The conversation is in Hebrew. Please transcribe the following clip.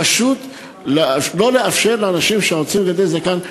פשוט לא לאפשר לאנשים שרוצים לגדל זקן,